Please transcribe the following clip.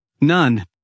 None